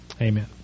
Amen